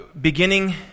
beginning